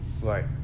right